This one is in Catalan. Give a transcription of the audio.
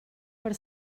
per